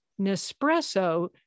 Nespresso